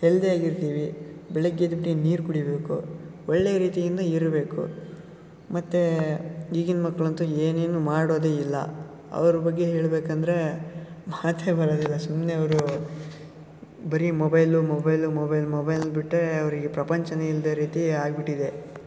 ಹೆಲ್ದಿಯಾಗಿರ್ತೀವಿ ಬೆಳಿಗ್ಗೆ ಎದ್ಬಿಟ್ಟು ನೀರು ಕುಡಿಯಬೇಕು ಒಳ್ಳೆಯ ರೀತಿಯಿಂದ ಇರಬೇಕು ಮತ್ತು ಈಗಿನ ಮಕ್ಳಂತೂ ಏನೇನೂ ಮಾಡೋದೇ ಇಲ್ಲ ಅವ್ರ ಬಗ್ಗೆ ಹೇಳಬೇಕಂದ್ರೆ ಮಾತೇ ಬರೋದಿಲ್ಲ ಸುಮ್ಮನೆ ಅವರು ಬರೇ ಮೊಬೈಲು ಮೊಬೈಲು ಮೊಬೈಲ್ ಮೊಬೈಲ್ ಬಿಟ್ಟರೆ ಅವರಿಗೆ ಪ್ರಪಂಚನೇ ಇಲ್ಲದ ರೀತಿ ಆಗಿಬಿಟ್ಟಿದೆ